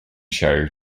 show